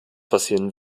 passieren